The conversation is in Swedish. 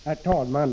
Herr talman!